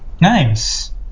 Nice